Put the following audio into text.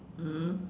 mm